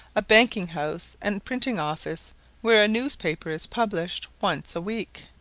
a banking house, and printing-office, where a newspaper is published once a week.